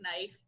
knife